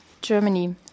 Germany